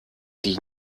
die